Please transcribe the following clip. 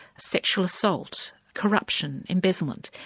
sexual assault corruption, embezzlement,